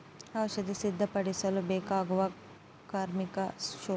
ಔಷಧಿ ಸಿಂಪಡಿಸಲು ಬೇಕಾಗುವ ಕಾರ್ಮಿಕ ಶುಲ್ಕ?